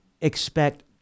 expect